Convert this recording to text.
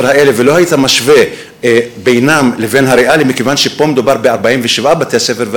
האלה ולא היית משווה בינם לבין "הריאלי" מכיוון שפה מדובר ב-47 בתי-ספר,